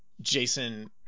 Jason